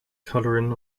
colouring